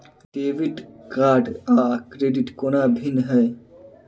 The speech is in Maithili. डेबिट कार्ड आ क्रेडिट कोना भिन्न है?